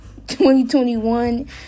2021